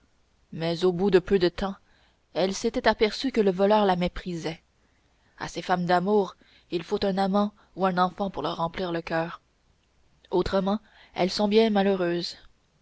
mais au bout de peu de temps elle s'était aperçue que le voleur la méprisait à ces femmes d'amour il faut un amant ou un enfant pour leur remplir le coeur autrement elles sont bien malheureuses